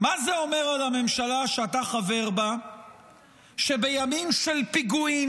מה זה אומר על הממשלה שאתה חבר בה שבימים של פיגועים,